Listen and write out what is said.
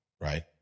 right